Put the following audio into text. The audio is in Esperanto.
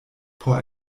por